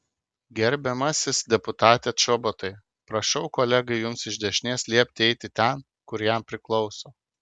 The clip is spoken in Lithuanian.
gerbiamasis deputate čobotai prašau kolegai jums iš dešinės liepti eiti ten kur jam priklauso